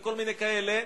וכל מיני כאלה,